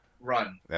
Run